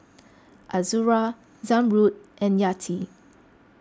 Azura Zamrud and Yati